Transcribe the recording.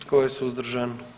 Tko je suzdržan?